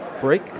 break